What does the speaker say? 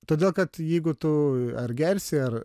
todėl kad jeigu tu ar gersi ar